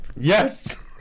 yes